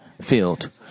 field